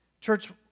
Church